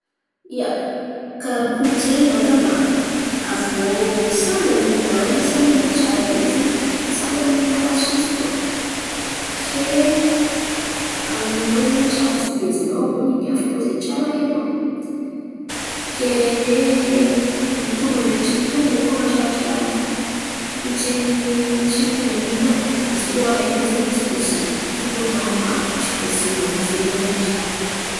Ia, karà kolontsain̈y baka maro, avô samby aminany, samby amatsara izy, samby maha ratsy izy koa, ke any ny nô zeny tsara fihezinô. Avô ny hafa koa tsara ny hainô ke hoe mitomba reky tsy mitomba zen̈y koa matratra kolontsain̈y tsy mitovy aminô. Izy koa areky izen̈y pôsibila, koa maromaro izen̈y tsy pôsibly avô fehinô zen̈y jiàby.